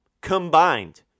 Combined